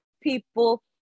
people